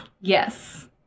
Yes